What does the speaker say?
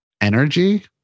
energy